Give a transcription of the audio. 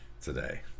today